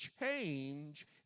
change